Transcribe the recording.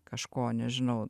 kažko nežinau